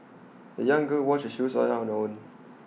the young girl washed her shoes on her own